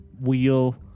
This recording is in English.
wheel